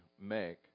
make